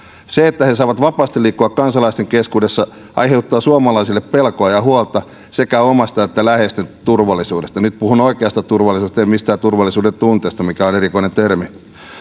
se että he saavat vapaasti liikkua kansalaisten keskuudessa aiheuttaa suomalaisille pelkoa ja huolta sekä omasta että läheisten turvallisuudesta nyt puhun oikeasta turvallisuudesta en mistään turvallisuudentunteesta mikä on erikoinen termi